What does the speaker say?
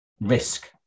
risk